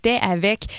avec